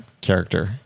character